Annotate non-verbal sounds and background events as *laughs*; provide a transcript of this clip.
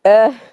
*laughs*